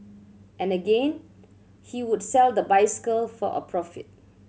and again he would sell the bicycle for a profit